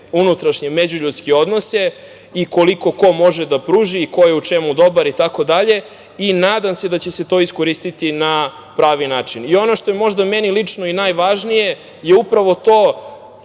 unutrašnje međuljudske odnose i koliko ko može da pruži i ko je u čemu dobar i tako dalje. Nadam se da će se to iskoristiti na pravi način. Ono što je možda meni lično i najvažnije je upravo to